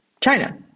China